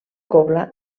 cobla